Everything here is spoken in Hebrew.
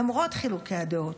למרות חילוקי הדעות.